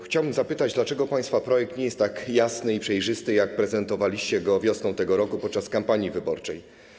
Chciałbym zapytać, dlaczego państwa projekt nie jest tak jasny i przejrzysty jak wtedy, kiedy prezentowaliście go wiosną tego roku podczas kampanii wyborczej.